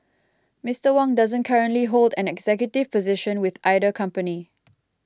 Mister Wang doesn't currently hold an executive position with either company